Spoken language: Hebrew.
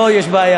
לא, יש בעיה.